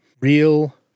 real